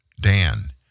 Dan